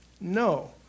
No